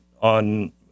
on